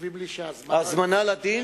כותבים לי שההזמנה לדין